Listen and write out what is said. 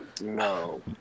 no